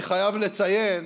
אני חייב לציין